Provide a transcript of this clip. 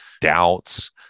doubts